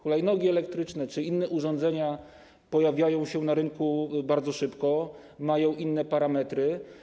Hulajnogi elektryczne czy inne urządzenia pojawiają się na rynku bardzo szybko, mają inne parametry.